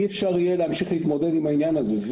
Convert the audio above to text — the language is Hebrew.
אי אפשר יהיה להמשיך להתמודד עם העניין הזה.